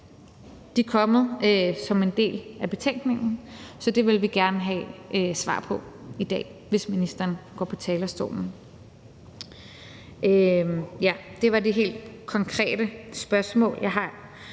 De er kommet som en del af betænkningen. Så det vil vi gerne have svar på i dag, hvis ministeren går på talerstolen. Det er det helt konkrete spørgsmål, jeg har